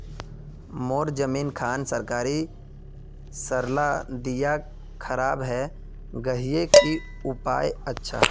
मोर जमीन खान सरकारी सरला दीया खराब है गहिये की उपाय अच्छा?